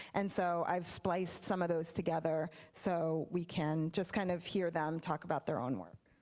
and so i've spliced some of those together so we can just kind of hear them talk about their own work.